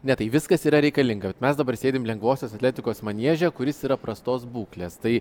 ne tai viskas yra reikalinga bet mes dabar sėdim lengvosios atletikos manieže kuris yra prastos būklės tai